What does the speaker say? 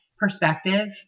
Perspective